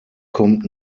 kommt